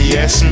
Yes